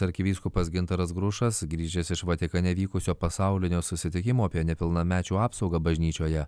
arkivyskupas gintaras grušas grįžęs iš vatikane vykusio pasaulinio susitikimo apie nepilnamečių apsaugą bažnyčioje